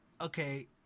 Okay